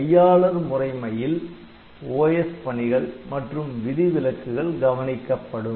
கையாளர் முறைமையில் OS பணிகள் மற்றும் விதிவிலக்குகள் கவனிக்கப்படும்